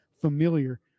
familiar